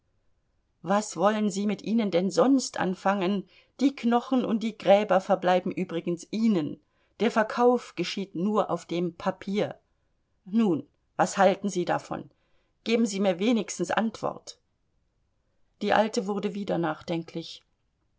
was wollen sie mit ihnen denn sonst anfangen die knochen und die gräber verbleiben übrigens ihnen der verkauf geschieht nur auf dem papier nun was halten sie davon geben sie mir wenigstens antwort die alte wurde wieder nachdenklich